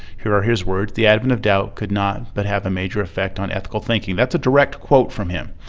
here are his words. the advent of doubt could not but have a major effect on ethical thinking. that's a direct quote from him.